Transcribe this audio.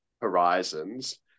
Horizons